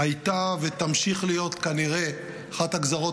הייתה ותמשיך להיות כנראה אחת הגזרות